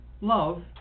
love